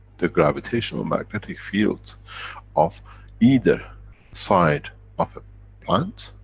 the gravitational magnetic fields of either side of a plant,